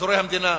אזורי המדינה.